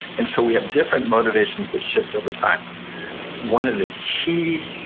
and so we have different motivations that shift over time one of the key,